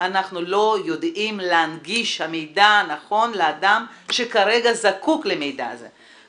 אנחנו לא יודעים להנגיש את המידע הנכון לאדם שכרגע זקוק למידע הזה.